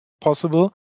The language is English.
possible